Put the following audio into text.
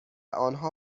آنها